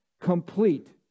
complete